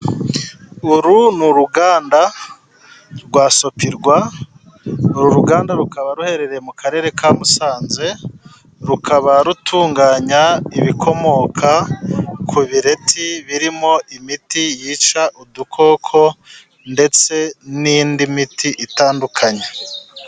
Uru ni uruganda rwa Sopirwa, uru ruganda rukaba ruherereye mu karere ka Musanze, rukaba rutunganya ibikomoka ku bireti, birimo imiti yica udukoko ndetse n'indi miti itandukanye.